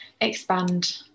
expand